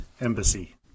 Embassy